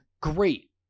great